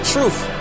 Truth